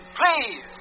please